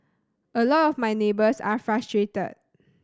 a lot of my neighbours are frustrated